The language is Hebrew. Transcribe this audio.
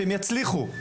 שהם יצליחו,